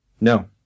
No